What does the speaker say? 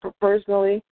personally